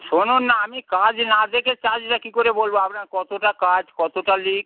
শুনুন না আমি কাজ না দেখে চার্জটা কী করে বলব আপনার কতটা কাজ কতটা লিক